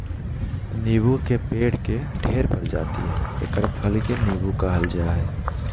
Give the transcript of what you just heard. नीबू के पेड़ के ढेर प्रजाति हइ एकर फल के नीबू कहल जा हइ